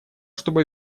чтобы